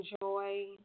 enjoy